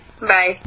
Bye